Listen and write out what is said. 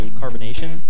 carbonation